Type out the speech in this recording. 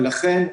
לכן,